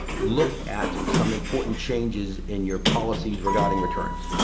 look at some important changes in your policies regarding returns.